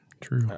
true